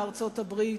לארצות-הברית.